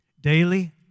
daily